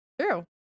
True